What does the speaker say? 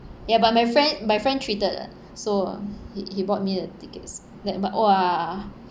ya but my friend my friend treated ah so he he bought me the tickets that but !wah!